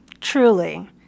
truly